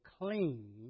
clean